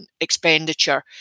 expenditure